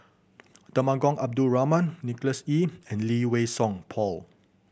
Temenggong Abdul Rahman Nicholas Ee and Lee Wei Song Paul